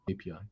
API